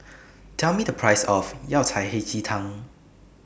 Tell Me The Price of Yao Cai Hei Ji Tang